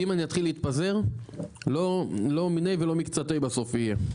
כי אם אני אתחיל להתפזר לא מינה ולא מקצתה בסוף יהיה,